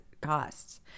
costs